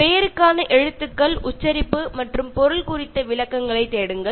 பெயருக்கான எழுத்துக்கள் உச்சரிப்பு மற்றும் பொருள் குறித்து விளக்கங்களைத் தேடுங்கள்